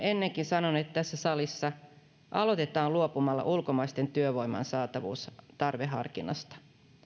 ennenkin sanonut tässä salissa aloitetaan luopumalla ulkomaisen työvoiman tarveharkinnasta